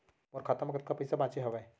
मोर खाता मा कतका पइसा बांचे हवय?